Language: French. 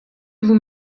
vous